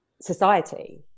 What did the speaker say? society